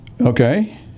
Okay